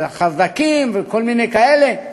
חרד"קים וכל מיני כאלה,